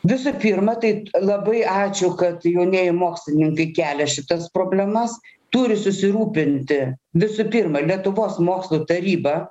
visų pirma tai labai ačiū kad jaunieji mokslininkai kelia šitas problemas turi susirūpinti visų pirma lietuvos mokslo taryba